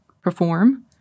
perform